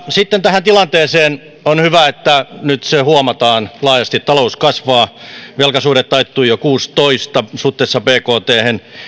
sitten tähän tilanteeseen on hyvä että nyt se huomataan laajasti talous kasvaa velkasuhde taittui jo kaksituhattakuusitoista suhteessa bkthen